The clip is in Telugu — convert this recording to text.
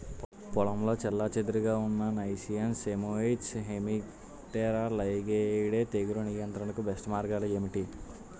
పొలంలో చెల్లాచెదురుగా ఉన్న నైసియస్ సైమోయిడ్స్ హెమిప్టెరా లైగేయిడే తెగులు నియంత్రణకు బెస్ట్ మార్గాలు ఏమిటి?